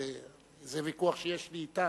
זה ויכוח שיש לי אתם,